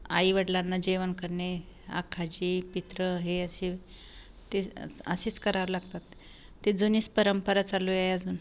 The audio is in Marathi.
आईवडिलांना जेवण करणे आख्खाजी पितरं हे असे ते असेच करा लागतात ते जुनीच परंपरा चालू आहे अजून